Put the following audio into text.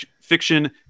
fiction